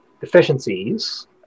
deficiencies